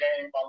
game